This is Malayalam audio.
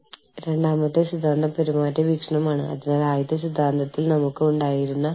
ജോലി ചെയ്ത മണിക്കൂറുകളുടെയും അവധി ദിവസങ്ങളുടെയും എണ്ണം എങ്ങനെയാണ് ഇവയുടെ കണക്ക് നിങ്ങൾ കണക്കാക്കുന്നത്